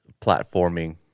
Platforming